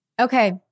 Okay